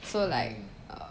so like